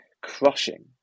crushing